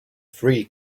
free